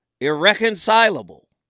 Irreconcilable